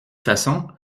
façon